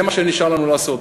זה מה שנשאר לנו לעשות: